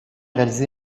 réalisée